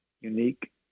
unique